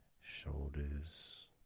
Shoulders